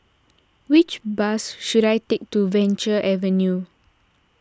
which bus should I take to Venture Avenue